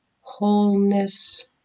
wholeness